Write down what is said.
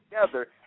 together